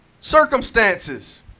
Circumstances